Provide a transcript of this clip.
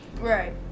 Right